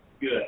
Good